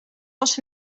was